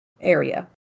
area